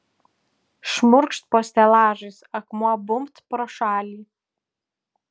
šmurkšt po stelažais akmuo bumbt pro šalį